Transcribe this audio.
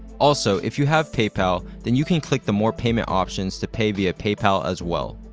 also, if you have paypal, then you can click the more payment options to pay via paypal as well.